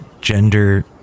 gender